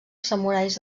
samurais